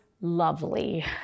lovely